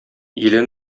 иле